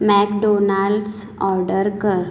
McDonald's order कर